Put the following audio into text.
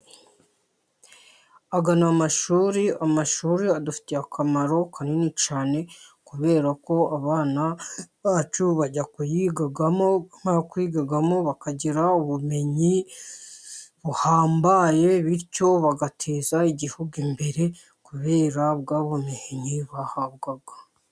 Aya ni amashuri, amashuri adufitiye akamaro kanini cyane, kubera ko abana bacu bajya kuyigamo bakagira ubumenyi buhambaye, bityo bagateza igihugu imbere kubera ubwo bumenyi bahabwa.